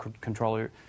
controller